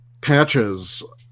...patches